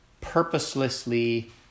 purposelessly